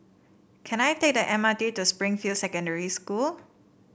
can I take the M R T to Springfield Secondary School